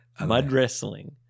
Mud-wrestling